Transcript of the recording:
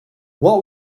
what